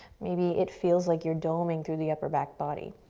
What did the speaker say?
maybe it feels like you're doming through the upper back body.